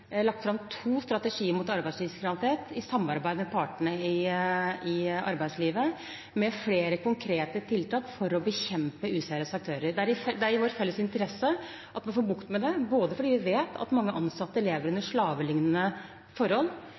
jeg sa i mitt svar til forrige replikant, har regjeringen i samarbeid med partene i arbeidslivet lagt fram to strategier mot arbeidslivskriminalitet, med flere konkrete tiltak for å bekjempe useriøse aktører. Det er i vår felles interesse at vi får bukt med det, fordi vi vet at mange ansatte lever under slavelignende forhold.